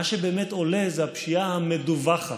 מה שבאמת עולה זה הפשיעה המדווחת,